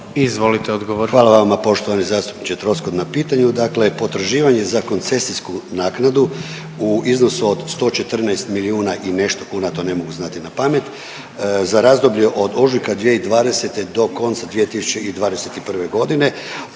Ivan** Hvala vama poštovani zastupniče Troskot na pitanju. Dakle, potraživanje za koncesijsku naknadu u iznosu od 114 milijuna i nešto kuna, to ne mogu znati napamet za razdoblje od ožujka 2020. do konca 2021. godine,